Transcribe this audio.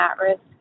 at-risk